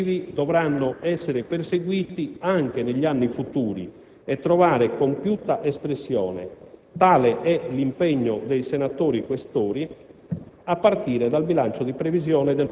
Identici, rigorosi obiettivi dovranno essere perseguiti anche negli anni futuri e trovare compiuta espressione: tale è l'impegno dei senatori Questori